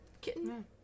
kitten